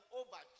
over